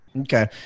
okay